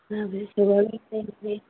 ꯑꯅꯥꯕꯁꯦ sugar ꯂꯣꯏ ꯂꯩꯅꯔꯦ